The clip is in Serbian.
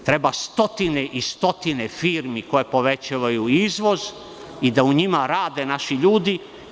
Treba stotine i stotine firmi koje povećavaju izvoz i da u njima rade naši ljudi.